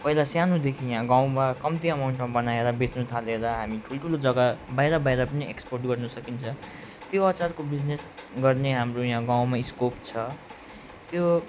पहिला सानोदेखि यहाँ गाउँमा कम्ती एमाउन्टमा बनाएर बेच्नु थालेर हामी ठुल्ठुलो जग्गा बाहिर बाहिर पनि एक्सपोर्ट गर्नु सकिन्छ त्यो अचारको बिजिनेस गर्ने हाम्रो यहाँ गाउँमा स्कोप छ त्यो